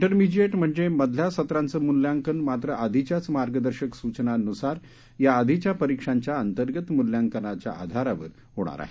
ठेरमिजिएट म्हणजे मधल्या सत्राचं मूल्यांकन मात्र आधीघ्याच मार्गदर्शक सुवनांनुसार याआधीघ्या परीक्षांच्या अंतर्गत मुल्यांकनाच्या आधारावर होणार आहे